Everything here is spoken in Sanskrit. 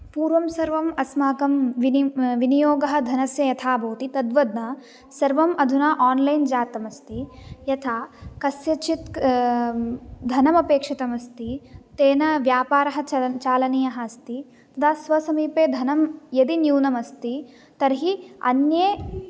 पूर्वं सर्वम् अस्माकं विनि विनियोगः धनस्य यथा भवति तद्वत् न सर्वम् अधुना अन्लैन् जातम् अस्ति यथा कस्यचित् धनम् अपेक्षितम् अस्ति तेन व्यापारः चल चालनीयः अस्ति तदा स्व समीपे धनं यदि न्यूनम् अस्ति तर्हि अन्ये